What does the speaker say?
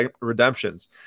redemptions